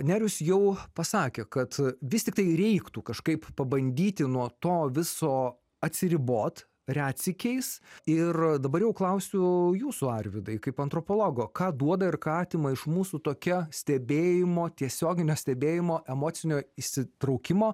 nerijus jau pasakė kad vis tiktai reiktų kažkaip pabandyti nuo to viso atsiribot retsykiais ir dabar jau klausiu jūsų arvydai kaip antropologo ką duoda ir ką atima iš mūsų tokia stebėjimo tiesioginio stebėjimo emocinio įsitraukimo